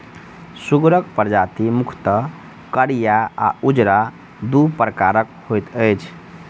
सुगरक प्रजाति मुख्यतः करिया आ उजरा, दू प्रकारक होइत अछि